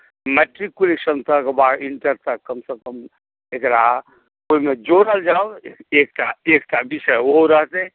matriculation तक वा inter तक कमसँ कम एकरा ओहिमे जोड़ल जाउ एकटा विषय ओहो रहतै